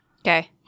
Okay